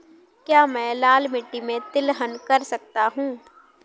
क्या मैं लाल मिट्टी में तिलहन कर सकता हूँ?